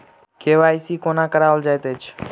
KYC कोना कराओल जाइत अछि?